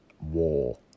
war